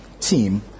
team